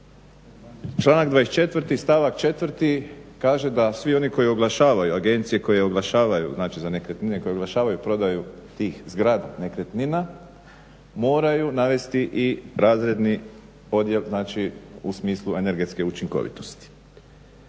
članak 24 stavak 4 kaže da svi oni koji oglašavaju agencije koje naglašavaju za nekretnine koje oglašavaju prodaju tih zgrada nekretnina moraju navesti i razredni odjel znači u smislu energetske učinkovitosti.